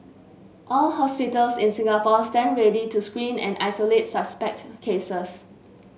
all hospitals in Singapore stand ready to screen and isolate suspect cases